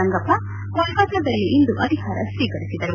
ರಂಗಪ್ಪ ಕೋಲ್ತತ್ತದಲ್ಲಿಂದು ಅಧಿಕಾರ ಸ್ವೀಕರಿಸಿದರು